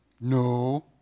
No